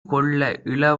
கொள்ள